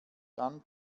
dann